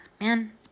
man